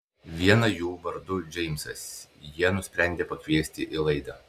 vieną jų vardu džeimsas jie nusprendė pakviesti į laidą